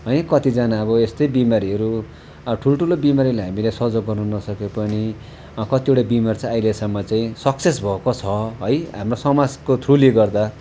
है कतिजना अब यस्तै बिमारीहरू अब ठुल्ठुलो बिमारीलाई हामीले सहयोग गर्न नसके पनि कतिवटा बिमारी चाहिँ अहिलेसम्म चाहिँ सक्सेस भएको छ है हाम्रो समाजको थ्रुले गर्दा